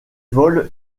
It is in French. vol